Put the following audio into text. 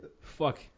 Fuck